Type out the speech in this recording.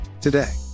Today